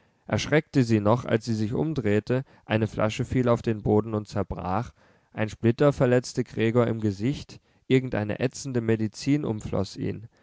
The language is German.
erschreckte sie noch als sie sich umdrehte eine flasche fiel auf den boden und zerbrach ein splitter verletzte gregor im gesicht irgendeine ätzende medizin umfloß ihn